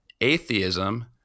atheism